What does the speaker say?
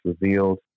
revealed